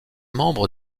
membre